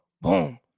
boom